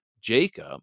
Jacob